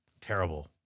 Terrible